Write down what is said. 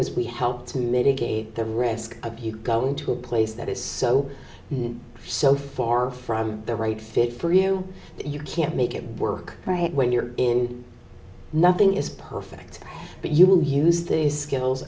is we help to mitigate the risk of you going to a place that is so so far from the right fit for you that you can't make it work when you're in nothing is perfect but you will use these skills